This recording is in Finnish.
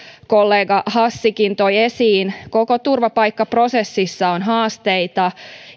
kollega hassikin toi esiin koko turvapaikkaprosessissa on haasteita